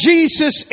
Jesus